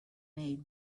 made